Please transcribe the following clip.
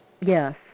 Yes